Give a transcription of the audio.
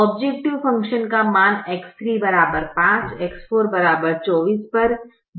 objective function का मान X3 5 X4 24 पर 0 है